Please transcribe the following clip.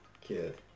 kid